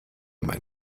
mein